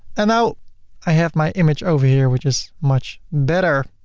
and now i have my image over here which is much better.